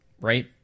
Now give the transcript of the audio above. Right